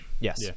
Yes